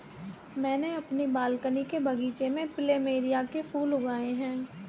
मैंने अपने बालकनी के बगीचे में प्लमेरिया के फूल लगाए हैं